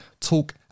talk